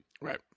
Right